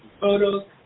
photos